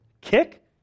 kick